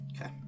Okay